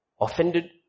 Offended